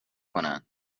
کنند